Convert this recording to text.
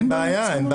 אין בעיה.